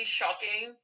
shocking